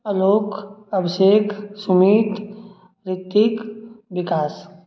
आलोक अभिषेक सुमित ऋतिक बिकास